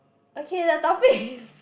okay the topic is